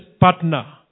partner